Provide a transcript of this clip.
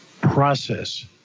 process